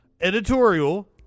Editorial